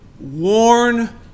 warn